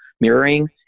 mirroring